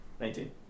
Nineteen